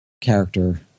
character